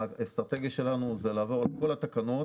האסטרטגיה שלנו זה לעבור על כל התקנות.